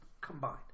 combined